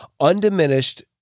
undiminished